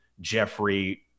Jeffrey